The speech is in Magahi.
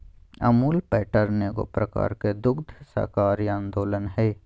अमूल पैटर्न एगो प्रकार के दुग्ध सहकारी आन्दोलन हइ